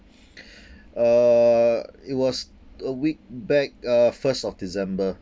uh it was a week back uh first of december